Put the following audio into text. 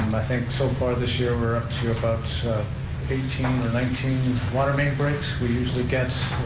um i think so far this year we're up to about eighteen or nineteen water main breaks, we usually get